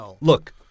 Look